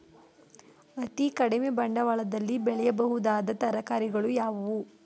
ಅತೀ ಕಡಿಮೆ ಬಂಡವಾಳದಲ್ಲಿ ಬೆಳೆಯಬಹುದಾದ ತರಕಾರಿಗಳು ಯಾವುವು?